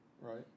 right